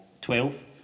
twelve